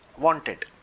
wanted